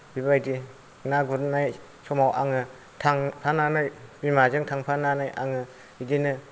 बेबायदि ना गुरनाय समाव आङो थांफानानै बिमाजों थांफानानै आङो बिदिनो